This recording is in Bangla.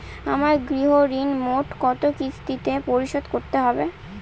আমার গৃহঋণ মোট কত কিস্তিতে পরিশোধ করতে হবে?